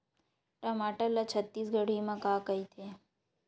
टमाटर ला छत्तीसगढ़ी मा का कइथे?